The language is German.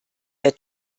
der